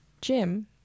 Jim